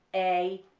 a,